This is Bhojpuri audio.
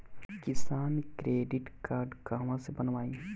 किसान क्रडिट कार्ड कहवा से बनवाई?